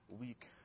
week